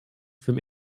from